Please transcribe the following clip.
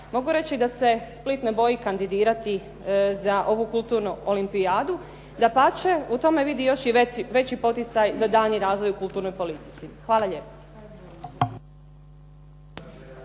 mogu reći da se Split ne boji kandidirati za ovu kulturnu olimpijadu. Dapače, u tome vidi još i veći poticaj za daljnji razvoj u kulturnoj politici. Hvala lijepo.